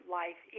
life